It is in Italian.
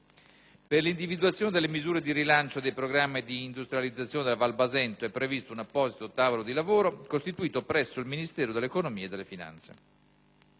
Per l'individuazione delle misure di rilancio dei programmi di industrializzazione della Val Basento è previsto un apposito tavolo di lavoro costituito presso il Ministero dell'economia e delle finanze.